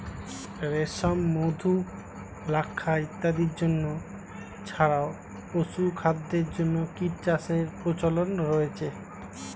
রেশম, মধু, লাক্ষা ইত্যাদির জন্য ছাড়াও পশুখাদ্যের জন্য কীটচাষের প্রচলন রয়েছে